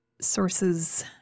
sources